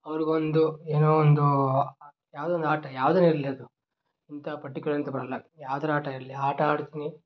ಅವ್ರಿಗೊಂದು ಏನೋ ಒಂದು ಯಾವುದೋ ಒಂದು ಆಟ ಯಾವ್ದಾನ ಇರಲಿ ಅದು ಇಂಥ ಪರ್ಟಿಕ್ಯುಲರ್ ಅಂತ ಬರೋಲ್ಲ ಯಾವ್ದಾರ ಆಟ ಇರಲಿ ಆಟ ಆಡ್ತೀನಿ